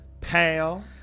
pale